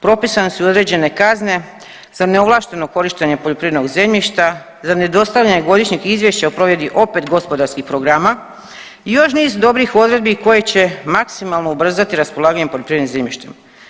Propisani su i određene kazne za neovlašteno korištenje poljoprivrednog zemljišta, za nedostavljanje godišnjeg izvještaja o provedbi opet gospodarskih programa i još niz dobrih odredbi koje će maksimalno ubrzati raspolaganjem poljoprivrednim zemljištem.